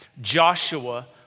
Joshua